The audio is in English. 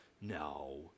No